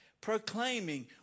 Proclaiming